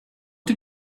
did